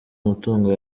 mutungo